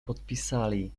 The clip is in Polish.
podpisali